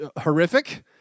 horrific